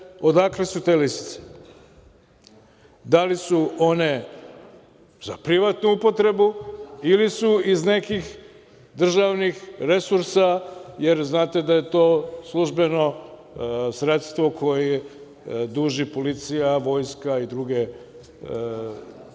odakle su te lisice. Da li su one za privatnu upotrebu ili su iz nekih državnih resursa, jer znate da je to službeno sredstvo koje duži policija, vojska i druge. To